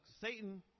Satan